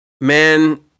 man